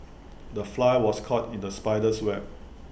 the fly was caught in the spider's web